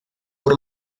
por